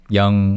young